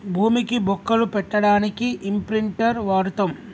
భూమికి బొక్కలు పెట్టడానికి ఇంప్రింటర్ వాడతం